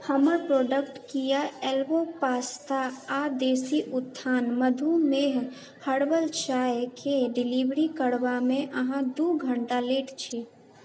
हमर प्रोडक्ट किआ elbow pasta आ देशी उत्थान मधुमेह हर्बल चायके डिलीवरी करबामे अहाँ दू घंटा लेट छी